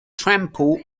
trample